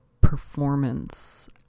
performance